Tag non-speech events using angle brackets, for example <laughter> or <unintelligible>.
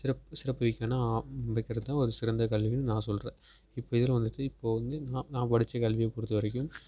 சிறப்பு சிறப்புவிக்கணும் <unintelligible> ஒரு சிறந்த கல்வின்னு நான் சொல்கிறேன் இப்போ இதில் வந்துட்டு இப்போது வந்து நான் நான் படிச்ச கல்வியை பொருத்த வரைக்கும்